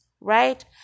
right